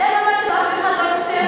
אתם אמרתם, אף אחד לא ירצה אותי.